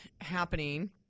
happening